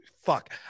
Fuck